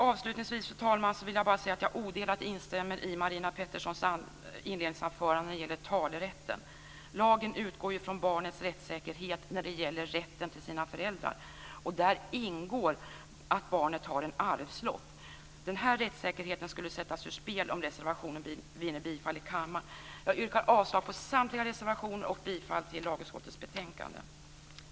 Avslutningsvis, fru talman, vill jag bara säga att jag odelat instämmer i Marina Petterssons inledningsanförande vad gäller talerätten. Lagen utgår från barnets rättssäkerhet när det gäller rätten till sina föräldrar. Där ingår att barnet har en arvslott. Den här rättssäkerheten skulle sättas ur spel om reservationen vinner bifall i kammaren. Jag yrkar avslag på samtliga reservationer och bifall till hemställan i lagutskottets betänkande.